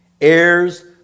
heirs